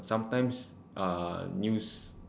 sometimes uh news